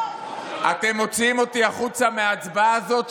אתם מוציאים אותי החוצה מההצבעה הזאת,